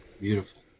Beautiful